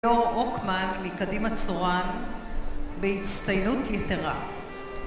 דור אוקמן מקדימה צורן בהצטיינות יתרה